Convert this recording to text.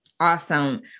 Awesome